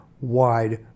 wide